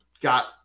got